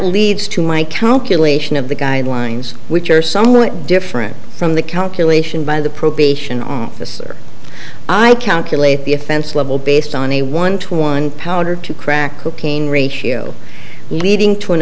leads to my calculation of the guidelines which are somewhat different from the calculation by the probation officer i count collate the offense level based on a one to one pound or two crack cocaine ratio leading t